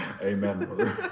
amen